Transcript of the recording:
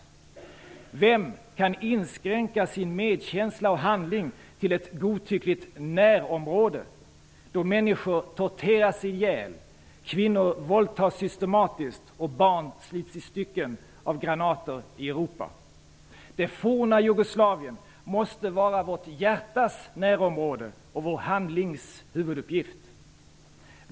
Vem kan inskränka sin medkänsla och handling till ett godtyckligt närområde då människor torteras ihjäl, kvinnor våldtas systematiskt och barn slits i stycken av granater i Europa? Det forna Jugoslavien måste vara vårt hjärtas närområde och vår handlings huvuduppgift.